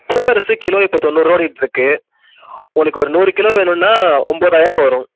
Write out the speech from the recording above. பூவரசு kilo இப்போ தொண்ணூறு ஓடிட்டு இருக்குது உங்களுக்கு ஒரு நூறு கிலோ வேணும்ன்னா ஒம்போதாயிரம் வரும்